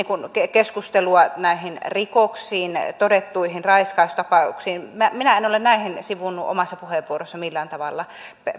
keskustelua näihin rikoksiin todettuihin raiskaustapauksiin minä minä en ole näitä sivunnut omassa puheenvuorossani millään tavalla